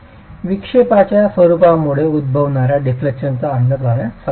विक्षेपाच्या स्वरूपामुळेच उद्भवणार्या डिफ्लेक्शनचा अंदाज लावण्यास सक्षम व्हा